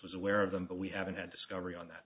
was aware of them but we haven't had discovery on that